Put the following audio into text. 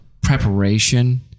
preparation